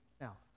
Now